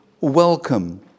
welcome